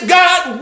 god